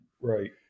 Right